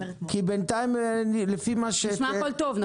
בינתיים הכול נשמע טוב.